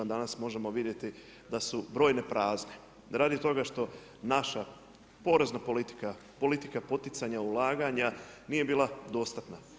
Danas možemo vidjeti da su brojne prazne radi toga što naša porezna politika, politika poticanja ulaganja nije bila dostatna.